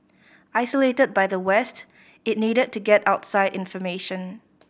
isolated by the West it needed to get outside information